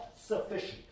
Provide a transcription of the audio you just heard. sufficient